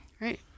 Right